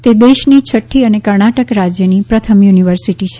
તે દેશની છઠ્ઠી અને કર્ણાટક રાજ્યની પ્રથમ યુનિવર્સિટી છે